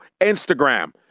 Instagram